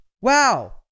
Wow